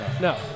no